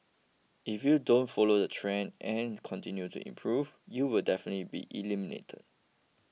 if you don't follow the trends and continue to improve you'll definitely be eliminated